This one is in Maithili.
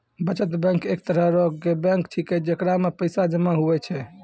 बचत बैंक एक तरह रो बैंक छैकै जेकरा मे पैसा जमा हुवै छै